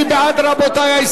מי בעד ההסתייגות?